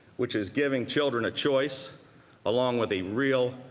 which is giving children a choice along with a real,